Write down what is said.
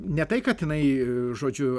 ne tai kad jinai žodžiu